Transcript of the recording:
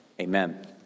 amen